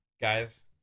guys